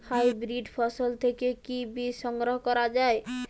Hybrid ফসল থেকে কি বীজ সংগ্রহ করা য়ায়?